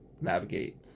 navigate